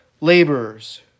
laborers